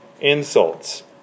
insults